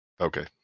Okay